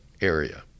area